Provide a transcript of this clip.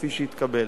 כפי שהתקבל.